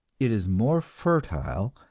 it is more fertile,